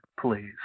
please